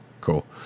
cool